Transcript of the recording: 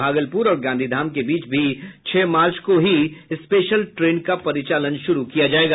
भागलपुर और गांधीधाम के बीच भी छह मार्च को ही स्पेशल ट्रेन का परिचालन शुरू किया जायेगा